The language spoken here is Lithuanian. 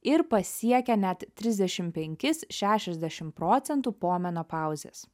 ir pasiekia net trisdešim penkis šešiasdešim procentų po menopauzės